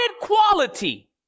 quality